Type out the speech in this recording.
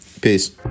peace